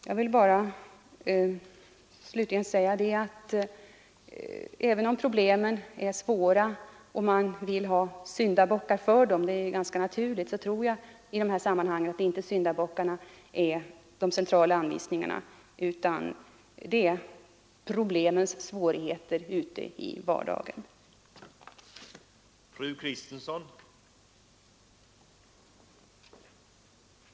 Jag vill bara säga att även om problemen är besvärliga och man vill få fram syndabockar — och det är ganska naturligt — tror jag inte att syndabockarna är de centrala anvisningarna på hur problemen skall lösas utan det är svårigheterna ute i vardagslivet.